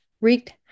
wreaked